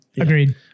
agreed